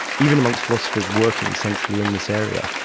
even amongst philosophers working essentially in this area,